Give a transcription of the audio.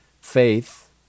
faith